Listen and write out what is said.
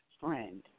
friend